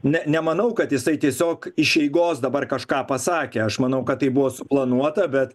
ne nemanau kad jisai tiesiog iš eigos dabar kažką pasakė aš manau kad tai buvo suplanuota bet